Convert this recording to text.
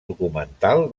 documental